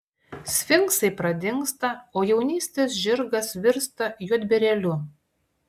sfinksai pradingsta o jaunystės žirgas virsta juodbėrėliu